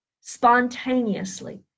spontaneously